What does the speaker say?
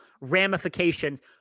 Ramifications